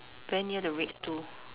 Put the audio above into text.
very near the red stool